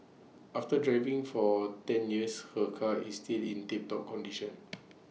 after driving for ten years her car is still in tip top condition